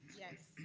yes.